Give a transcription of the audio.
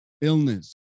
illness